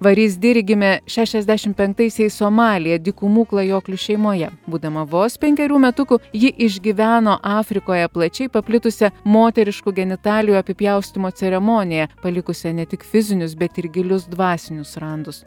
varys diri gimė šešiasdešim penktaisiais somalyje dykumų klajoklių šeimoje būdama vos penkerių metukų ji išgyveno afrikoje plačiai paplitusią moteriškų genitalijų apipjaustymo ceremoniją palikusią ne tik fizinius bet ir gilius dvasinius randus